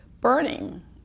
burning